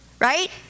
right